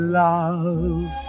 love